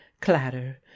clatter